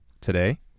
today